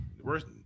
worst